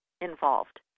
involved